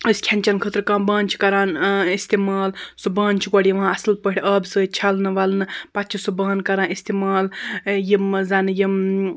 أسۍ کھیٚن چیٚنہٕ خٲطرٕ کانٛہہ بانہٕ چھِ کران ٲں استعمال سُہ بانہٕ چھُ گۄڈٕ یِوان اصٕل پٲٹھۍ آبہٕ سۭتۍ چھلنہٕ وَلنہٕ پَتہٕ چھِ سُہ بانہٕ کران استعمال یِم زَن یِم